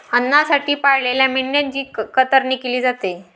अन्नासाठी पाळलेल्या मेंढ्यांची कतरणी केली जाते